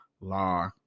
law